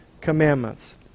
commandments